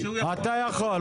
אתה יכול.